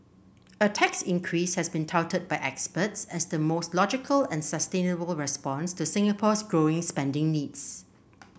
a tax increase has been touted by experts as the most logical and sustainable response to Singapore's growing spending needs